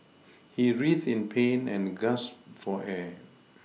he writhed in pain and gasped for air